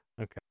okay